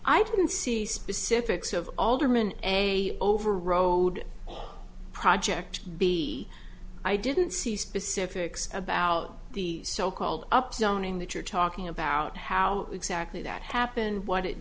i didn't see specifics of alderman a over road project b i didn't see specifics about the so called up zoning that you're talking about how exactly that happened what it